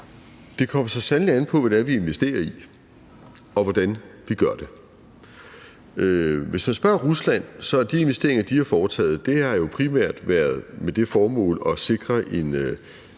Det kommer så sandelig an på, hvad det er, vi investerer i, og hvordan vi gør det. Hvis man spørger Rusland, har de investeringer, de har foretaget, jo primært været med det formål at sikre en